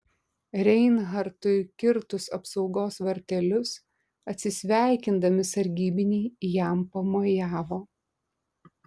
reinhartui kirtus apsaugos vartelius atsisveikindami sargybiniai jam pamojavo